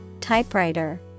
typewriter